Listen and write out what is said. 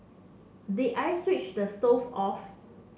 did I switch the stove off